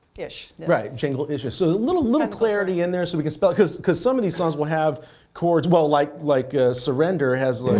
ish. right jangle-ish. so a little clarity in there, so we can spell because because some of these songs will have chords well like like ah surrender has like